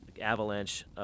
avalanche